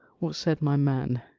what said my man,